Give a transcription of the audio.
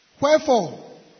Wherefore